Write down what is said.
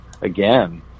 again